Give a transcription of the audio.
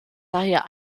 daher